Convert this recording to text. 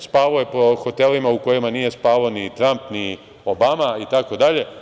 Spavao je po hotelima u kojima nije spavao ni Tramp, ni Obama itd.